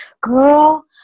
girl